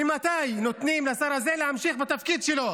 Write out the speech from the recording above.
ממתי נותנים לשר הזה להמשיך בתפקיד שלו?